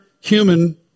human